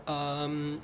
um